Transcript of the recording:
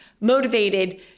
motivated